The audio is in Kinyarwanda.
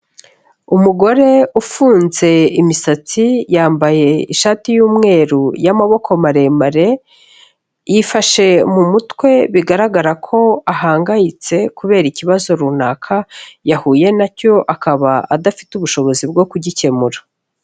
Umugore ufunze imisatsi, yambaye ishati y'umweru y'amaboko maremare, yifashe mu mutwe bigaragara ko ahangayitse kubera ikibazo runaka yahuye na cyo akaba adafite ubushobozi bwo kugikemura.